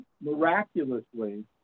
Miraculously